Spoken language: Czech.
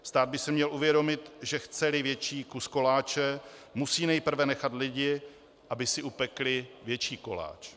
Stát by si měl uvědomit, že chceli větší kus koláče, musí nejprve nechat lidi, aby si upekli větší koláč.